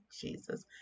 jesus